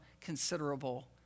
considerable